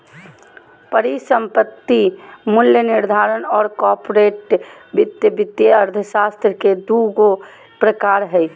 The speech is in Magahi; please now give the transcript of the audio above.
परिसंपत्ति मूल्य निर्धारण और कॉर्पोरेट वित्त वित्तीय अर्थशास्त्र के दू गो प्रकार हइ